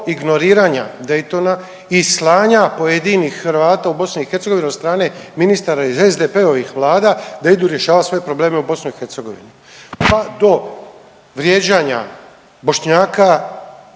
ignoriranja Daytona i slanja pojedinih Hrvata u BiH od strane ministara iz SDP-ovih vlada da idu rješavat svoje problem u BiH, pa do vrijeđanja Bošnjaka